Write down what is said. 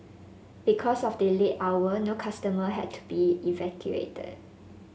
because of the late hour no customer had to be evacuated